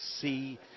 see